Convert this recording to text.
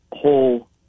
whole